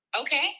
Okay